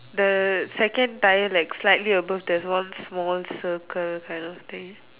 the second tyre like slightly above there's one small circle kind of thing